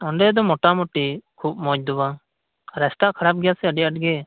ᱚᱸᱰᱮ ᱫᱚ ᱢᱚᱴᱟᱢᱩᱴᱤ ᱠᱸᱩᱵ ᱢᱚᱸᱡ ᱫᱚ ᱵᱟᱝ ᱨᱟᱥᱛᱟ ᱠᱷᱟᱨᱟᱯ ᱜᱮᱭᱟ ᱥᱮ ᱟᱹᱰᱤ ᱟᱸᱴ ᱜᱮ